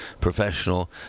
professional